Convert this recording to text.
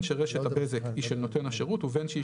בין שרשת הבזק היא של נותן השירות ובין שהיא